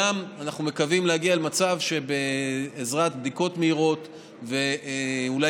אנחנו גם מקווים להגיע למצב שבעזרת בדיקות מהירות ואולי